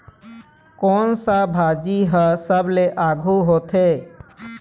कोन सा भाजी हा सबले आघु होथे?